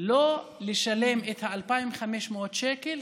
לא לשלם את ה-2,500 שקלים,